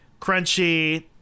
crunchy